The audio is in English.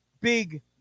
big